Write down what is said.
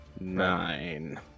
nine